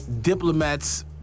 Diplomats